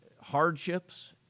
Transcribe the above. Hardships